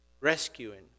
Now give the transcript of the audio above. rescuing